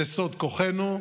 זה סוד כוחנו,